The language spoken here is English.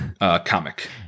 comic